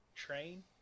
train